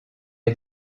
est